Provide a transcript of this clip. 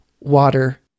water